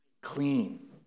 Clean